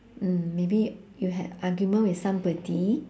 mm maybe you had argument with somebody